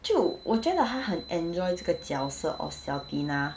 我就我觉得他很 enjoy 这个角色 of xiao tina